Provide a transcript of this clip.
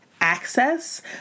access